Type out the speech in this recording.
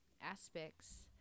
aspects